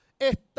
esta